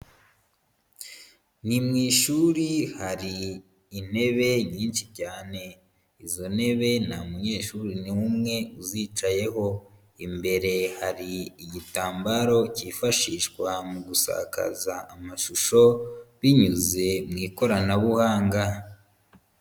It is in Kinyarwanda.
Ni mu ishuri hari intebe nyinshi cyane, izo ntebe nta munyeshuri n'umwe uzicayeho, imbere hari igitambaro cyifashishwa mu gusakaza amashusho binyuze mu ikoranabuhanga.